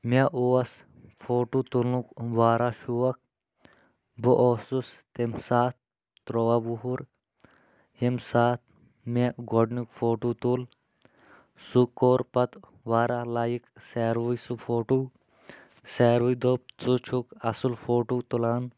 مےٚ اوس فوٹوٗ تُلنُک واریاہ شوق بہٕ اوسُس تَمہِ ساتہٕ تُرٛواہ وُہُر ییٚمہِ سات مےٚ گۄڈنیُک فوٹوٗ تُل سُہ کوٚر پتہٕ واریاہ لایِک ساروٕے سُہ فوٹوٗ سارٕے دوٚپ ژٕ چھُکھ اصٕل فوٹوٗ تُلان